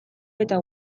eta